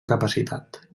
capacitat